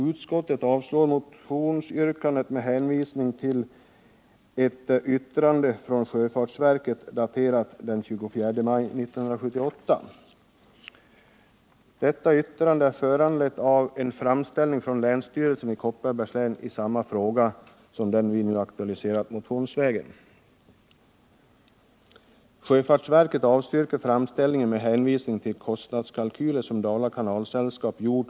Utskottet avstyrker motionsyrkandet med hänvisning till ett yttrande från sjöfartsverket och som är daterat den 24 maj 1978. Yttrandet har föranletts av en framställning från länsstyrelsen i Kopparbergs län i samma fråga som den som vi nu har aktualiserat motionsvägen. Sjöfartsverket avstyrker framställningen med hänvisning till de kostnadskalkyler som Dala kanalsällskap har gjort.